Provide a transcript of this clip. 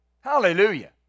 Hallelujah